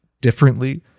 differently